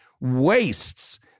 wastes